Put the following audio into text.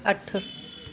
अठ